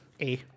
A-